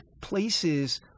places